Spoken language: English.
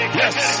yes